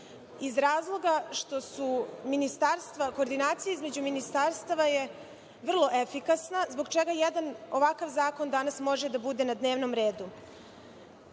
iz razloga što su ministarstva, koordinacija između ministarstava je vrlo efikasna, zbog čega jedan ovakav zakon danas može da bude na dnevnom